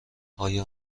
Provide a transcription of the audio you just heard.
آیا